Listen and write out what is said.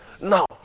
Now